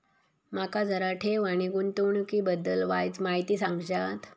माका जरा ठेव आणि गुंतवणूकी बद्दल वायचं माहिती सांगशात?